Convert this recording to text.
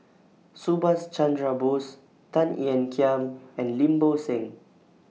Subhas Chandra Bose Tan Ean Kiam and Lim Bo Seng